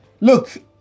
look